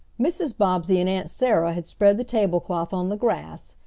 mrs. bobbsey and aunt sarah had spread the tablecloth on the grass,